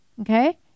Okay